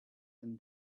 them